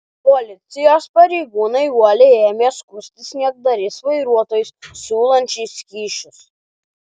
policijos pareigūnai uoliai ėmė skųstis niekdariais vairuotojais siūlančiais kyšius